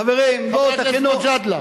חבר הכנסת מג'אדלה.